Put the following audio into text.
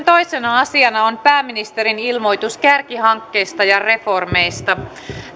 toisena asiana on pääministerin ilmoitus kärkihankkeista ja reformeista